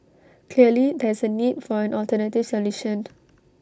clearly there is A need for an alternative solution